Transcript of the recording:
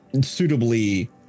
suitably